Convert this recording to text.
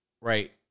Right